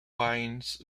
wines